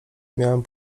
miałem